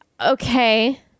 Okay